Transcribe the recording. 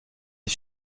des